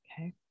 Okay